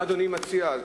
מה אדוני מציע?